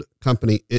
company